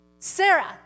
Sarah